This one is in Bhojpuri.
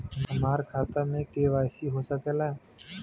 हमार खाता में के.वाइ.सी हो सकेला?